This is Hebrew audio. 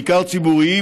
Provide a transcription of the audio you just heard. בעיקר ציבוריים,